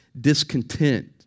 discontent